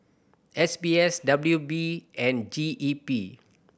S B S W P and G E P